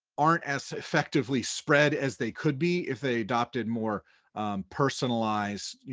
aren't as effectively spread as they could be if they adopted more personalized,